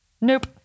nope